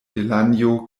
delanjo